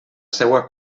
seua